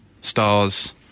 stars